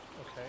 Okay